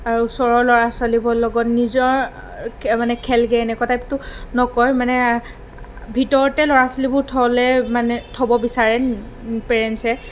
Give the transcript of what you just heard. আৰু ওচৰৰ ল'ৰা ছোৱালীবোৰৰ লগত নিজৰ মানে খেলগৈ এনেকুৱা টাইপটো নকয় মানে ভিতৰতে ল'ৰা ছোৱালীবোৰ থ'লে মানে থ'ব বিচাৰে পেৰেণ্টছে